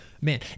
man